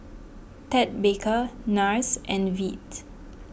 Ted Baker Nars and Veet